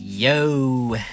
Yo